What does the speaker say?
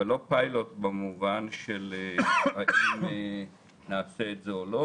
אבל לא פיילוט במובן של האם נעשה את זה או לא.